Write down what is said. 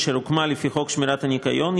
אשר הוקמה לפי חוק שמירת הניקיון,